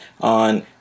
on